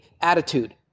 attitude